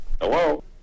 Hello